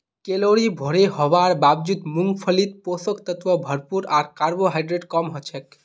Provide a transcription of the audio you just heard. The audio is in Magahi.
कैलोरी भोरे हवार बावजूद मूंगफलीत पोषक तत्व भरपूर आर कार्बोहाइड्रेट कम हछेक